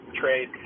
trade